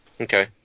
okay